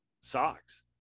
Socks